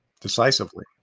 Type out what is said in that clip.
Decisively